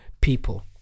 people